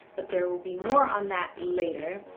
but there will be more on that later